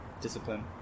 discipline